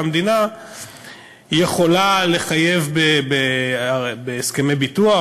והמדינה יכולה לחייב בהסכמי ביטוח,